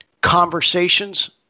conversations